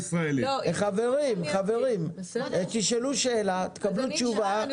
חברים, תשאלו שאלה, תקבלו תשובה.